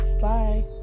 Bye